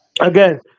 again